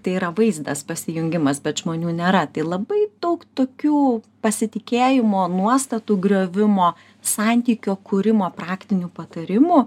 tai yra vaizdas pasijungimas bet žmonių nėra tai labai daug tokių pasitikėjimo nuostatų griovimo santykio kūrimo praktinių patarimų